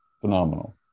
Phenomenal